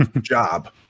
job